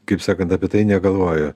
kaip sakant apie tai negalvoju